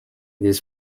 des